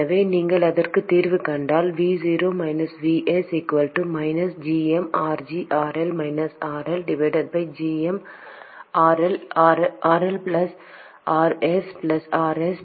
எனவே நீங்கள் அதற்கு தீர்வு கண்டால் V0 Vs gm RG RL - RL gm RL Rs Rs RL RG